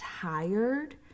tired